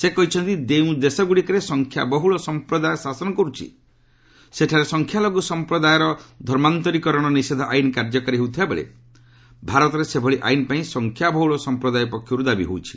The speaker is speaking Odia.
ସେ କହିଛନ୍ତି ଯେଉଁ ଦେଶଗ୍ରଡ଼ିକରେ ସଂଖ୍ୟା ବହ୍ରଳ ସଂପ୍ରଦାୟ ଶାସନ କର୍ରଛି ସେଠାରେ ସଂଖ୍ୟାଲଘୁ ସଂପ୍ରଦାୟର ଧର୍ମାନ୍ତରିକରଣ ନିଷେଧ ଆଇନ୍ କାର୍ଯ୍ୟକାରୀ ହେଉଥିବା ବେଳେ ଭାରତରେ ସେଭଳି ଆଇନ୍ ପାଇଁ ସଂଖ୍ୟା ବହୁଳ ସଂପ୍ରଦାୟ ପକ୍ଷରୁ ଦାବି ହୋଇଛି